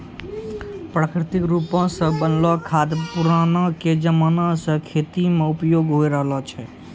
प्राकृतिक रुपो से बनलो खाद पुरानाके जमाना से खेती मे उपयोग होय रहलो छै